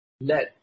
let